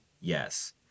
Yes